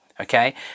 Okay